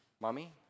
Mommy